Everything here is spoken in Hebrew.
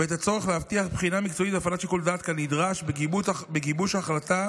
ואת הצורך להבטיח בחינה מקצועית בהפעלת שיקול דעת כנדרש בגיבוש ההחלטה